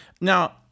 now